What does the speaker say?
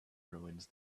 ruins